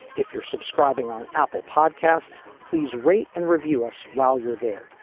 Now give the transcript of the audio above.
if you're subscribing on apple podcasts, please rate and review us while you're there.